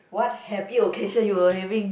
what happy occasion you were having